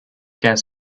gas